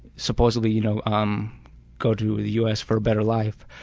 supposedly you know um go to the us for better life,